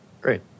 Great